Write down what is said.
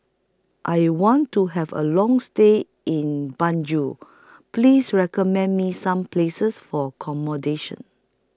I want to Have A Long stay in Banjul Please recommend Me Some Places For accommodation